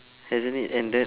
hasn't it ended